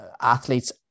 athletes